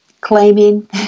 claiming